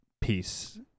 piece